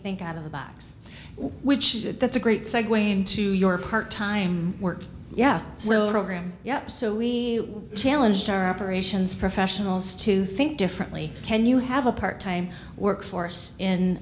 think out of the box which that's a great segue into your part time work yeah well graham yep so we challenged our operations professionals to think differently can you have a part time workforce in